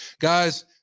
Guys